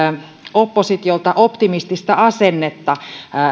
oppositiolta optimistista asennetta